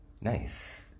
Nice